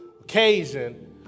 occasion